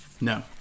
No